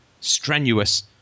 strenuous